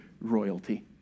royalty